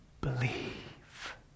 believe